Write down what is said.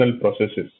processes